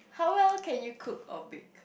how well can you cook or bake